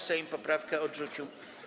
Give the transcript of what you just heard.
Sejm poprawkę odrzucił.